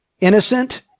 innocent